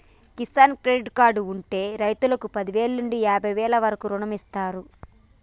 Kisan credit card ఉంటె రైతుకు పదివేల నుండి యాభై వేల వరకు రుణమిస్తారు